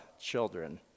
children